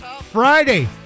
Friday